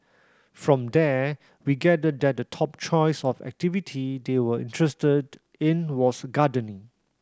from there we gathered that the top choice of activity they were interested in was gardening